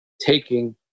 Taking